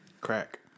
Crack